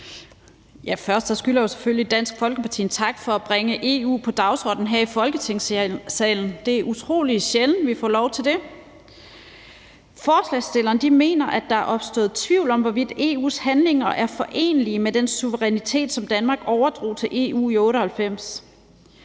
Først skylder jeg selvfølgelig Dansk Folkeparti en tak for at bringe EU på dagsordenen her i Folketingssalen. Det er utrolig sjældent, vi får lov til det. Forslagsstillerne mener, at der er opstået tvivl om, hvorvidt EU's handlinger er forenelige med den suverænitet, som Danmark overdrog til EU i 1998.